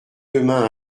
demain